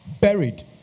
buried